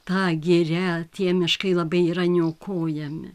ta giria tie miškai labai yra niokojami